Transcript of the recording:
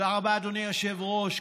תודה רבה, אדוני היושב-ראש.